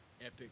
epic